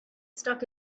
stuck